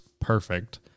perfect